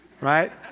right